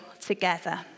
together